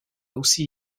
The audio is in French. aussi